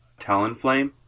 Talonflame